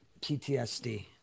PTSD